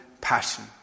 passion